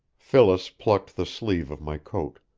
phyllis plucked the sleeve of my coat.